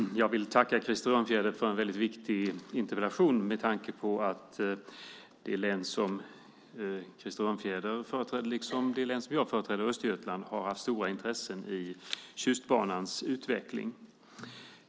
Herr talman! Jag vill tacka Krister Örnfjäder för en väldigt viktig interpellation med tanke på att det län som Krister Örnfjäder företräder liksom det län jag företräder, Östergötland, har haft stora intressen i Tjustbanans utveckling.